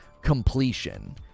completion